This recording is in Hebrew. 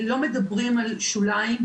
לא מדברים על שוליים,